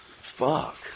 Fuck